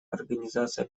организации